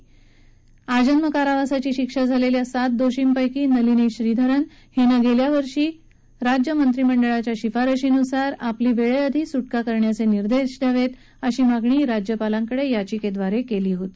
या प्रकरणी आजन्म कारावासाची शिक्षा झालेल्या सात दोषींपैकी नलिनी श्रीहरन हिनं गेल्या वर्षी राज्य मंत्रिमंडळाच्या शिफारशीनुसार आपली वेळेआधी सुटका करण्याचे निर्देश द्यावेत अशी मागणी राज्यपालांकडे याचिकेद्वारे केली होती